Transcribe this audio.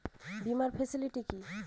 বীমার ফেসিলিটি কি?